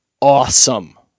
awesome